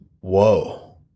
whoa